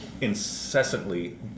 incessantly